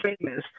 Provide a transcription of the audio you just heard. famous